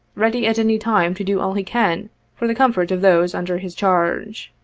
ready at any time to do all he can for the comfort of those under his charge.